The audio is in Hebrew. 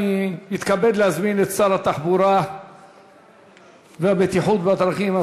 אני מתכבד להזמין את שר התחבורה והבטיחות בדרכים,